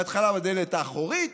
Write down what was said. בהתחלה בדלת האחורית,